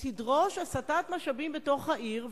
תדרוש הסטת משאבים בתוך העיר.